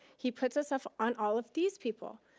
he puts us off on all of these people.